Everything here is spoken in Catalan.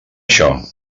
això